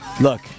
Look